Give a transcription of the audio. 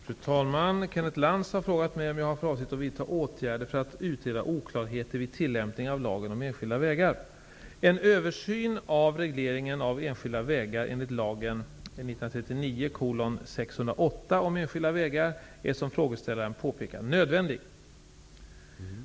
Fru talman! Kenneth Lantz har frågat mig om jag har för avsikt att vidta åtgärder för att utreda oklarheter vid tillämpningen av lagen om enskilda vägar. En översyn av regleringen av enskilda vägar enligt lagen om enskilda vägar är, som frågeställaren påpekar, nödvändig.